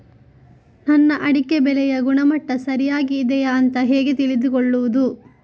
ನನ್ನ ಅಡಿಕೆ ಬೆಳೆಯ ಗುಣಮಟ್ಟ ಸರಿಯಾಗಿ ಇದೆಯಾ ಅಂತ ಹೇಗೆ ತಿಳಿದುಕೊಳ್ಳುವುದು?